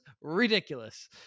ridiculous